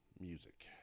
music